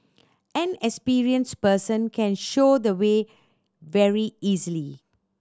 an experienced person can show the way very easily